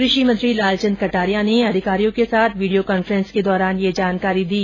कृषि मंत्री लालचन्द कटारिया ने अधिकारियों के साथ वीडियो कांफेंस के दौरान ये जानकारी दी